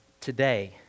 Today